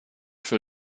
für